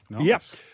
Yes